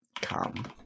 Come